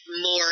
more